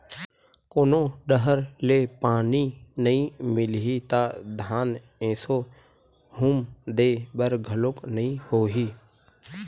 कोनो डहर ले पानी नइ मिलही त धान एसो हुम दे बर घलोक नइ होही